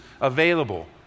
available